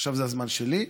עכשיו זה הזמן שלי.